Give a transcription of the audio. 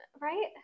right